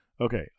Okay